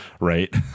right